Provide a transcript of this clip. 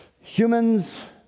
humans